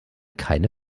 keine